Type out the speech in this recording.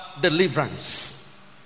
deliverance